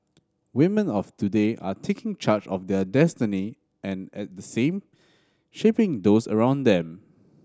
women of today are taking charge of their destiny and at the same shaping those around them